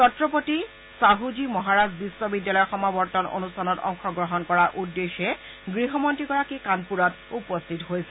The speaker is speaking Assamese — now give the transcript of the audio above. ছত্ৰপতি ছাহু জী মহাৰাজ বিশ্ববিদ্যালয়ৰ সমাৱৰ্তন অনুষ্ঠানত অংশগ্ৰহণ কৰাৰ উদ্দেশ্যে গৃহমন্ত্ৰীগৰাকী কানপুৰত উপস্থিত হৈছিল